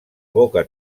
boca